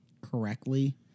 correctly